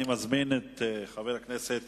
אני מזמין את חבר הכנסת